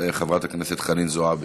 חברת הכנסת חנין זועבי.